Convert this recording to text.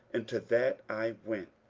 and to that i went.